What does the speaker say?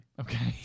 Okay